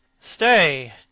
Stay